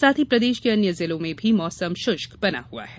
साथ ही प्रदेश के अन्य जिलों में भी मौसम शुष्क बना हुआ है